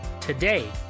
Today